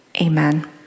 amen